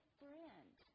friend